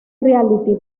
reality